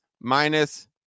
minus